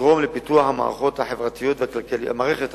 תתרום לפיתוח המערכת החברתית